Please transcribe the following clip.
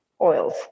oils